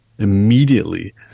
immediately